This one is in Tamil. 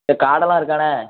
சரி காட்டெலாம் இருக்காண்ணே